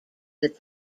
that